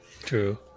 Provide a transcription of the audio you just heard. True